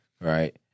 right